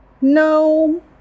No